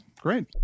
great